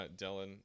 Dylan